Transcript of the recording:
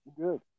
Good